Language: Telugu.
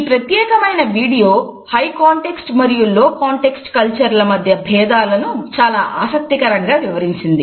ఈ ప్రత్యేకమైన వీడియో హై కాంటెక్స్ట్ మరియు లో కాంటెక్స్ట్ కల్చర్స్ మధ్య భేదాలను చాలా ఆసక్తికరంగా వివరించింది